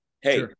Hey